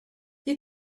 you